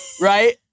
right